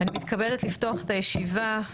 אני מתכבדת לפתוח את הישיבה.